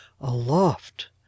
aloft